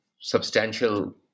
substantial